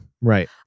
right